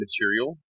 material